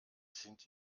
sind